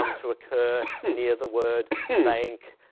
um to occur near the word bank